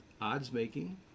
odds-making